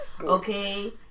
Okay